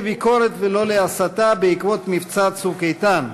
בנושא: כן לביקורת ולא להסתה בעקבות מבצע "צוק איתן".